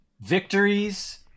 victories